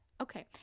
okay